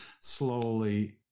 slowly